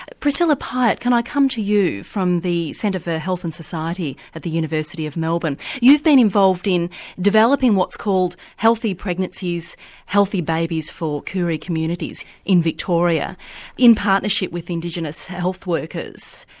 priscilla pyett, can i can to you from the centre for health and society at the university of melbourne. you've been involved in developing what's called healthy pregnancies healthy babies for koori communities in victoria in partnership with indigenous health workers.